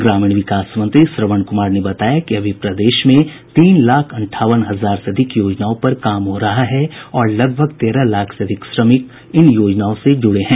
ग्रामीण विकास मंत्री श्रवण कुमार ने बताया कि अभी प्रदेश में तीन लाख अंठावन हजार से अधिक योजनाओं पर काम हो रहा है और लगभग तेरह लाख से अधिक श्रमिक इन योजनाओं से जुड़े हैं